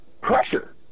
pressure